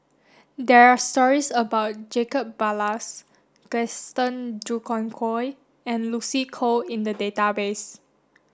there are stories about Jacob Ballas Gaston Dutronquoy and Lucy Koh in the database